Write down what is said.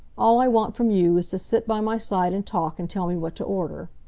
all i want from you is to sit by my side and talk, and tell me what to order.